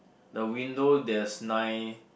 the window there's nine